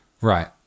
right